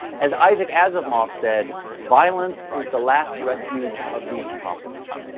as isaac asimov said, violence is the last refuge of the incompetent.